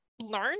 learn